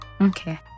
Okay